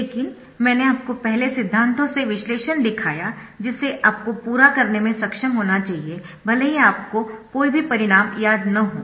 लेकिन मैंने आपको पहले सिद्धांतों से विश्लेषण दिखाया जिसे आपको पूरा करने में सक्षम होना चाहिए भले ही आपको कोई भी परिणाम याद न हो